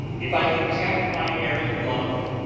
if i can check my erring love,